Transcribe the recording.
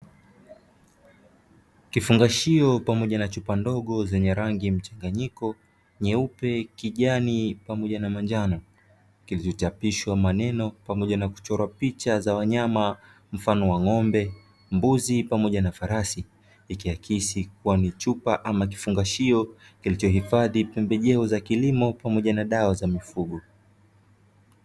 Kifungashio pamoja na chupa ndogo zenye rangi mchanganyiko: nyeupe, kijani pamoja na manjano; kilichochapiswa maneno pamoja na kuchorwa picha za wanyama mfano wa: ng'ombe, mbuzi pamoja na farasi. Ikiakisi kuwa ni chupa ama kifungashio kilichohifadhi pembejeo za kilimo pamoja na dawa za mifugo.